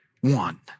one